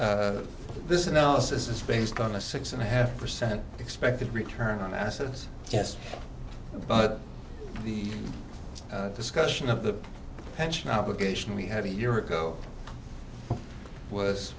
this analysis is based on a six and a half percent expected return on assets yes but the discussion of the pension obligation we had a year ago was